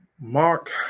Mark